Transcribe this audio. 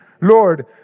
Lord